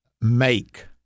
make